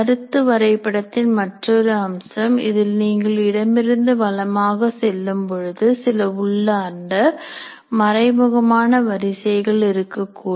கருத்து வரைபடத்தின் மற்றொரு அம்சம் இதில் நீங்கள் இடமிருந்து வலமாக செல்லும்பொழுது சில உள்ளார்ந்த மறைமுகமான வரிசைகள் இருக்கக்கூடும்